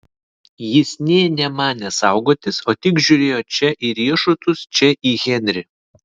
jis nė nemanė saugotis o tik žiūrėjo čia į riešutus čia į henrį